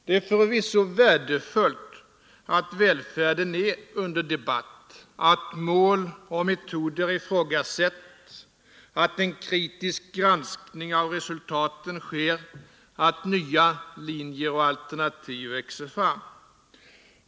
Det är förvisso värdefullt att välfärden är under debatt, att mål och metoder ifrågasätts, att nya linjer och alternativ växer fram.